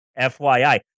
FYI